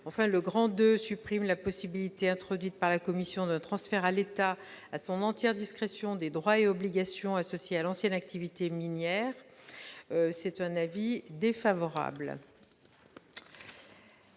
Enfin, le II supprime la possibilité introduite par la commission d'un transfert à l'État, à son entière discrétion, des droits et obligations associés à l'ancienne activité minière. La commission y est défavorable.